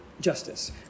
justice